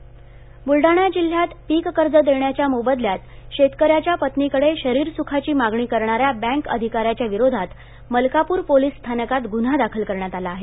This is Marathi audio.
पिककर्ज ब्लडाणा जिल्हयामध्ये पिक कर्ज देण्याच्या मोबदल्यात शेतकऱ्याच्या पत्नीकडे शरीर सुखाची मागणी करणाऱ्या बँक अधिकाऱ्याच्या विरोधात मलकापुर पोलिस स्थानकात गुन्हा दाखल करण्यात आला आहे